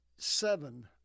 seven